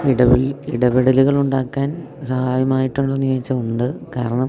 ഇടപെടലുകളുണ്ടാക്കാൻ സഹായമായിട്ടുണ്ടോ എന്നു ചോദിച്ചാല് ഉണ്ട് കാരണം